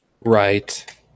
Right